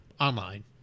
online